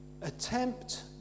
attempt